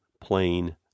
plain